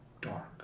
dark